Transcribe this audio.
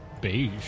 beige